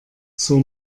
zur